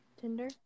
tinder